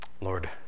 Lord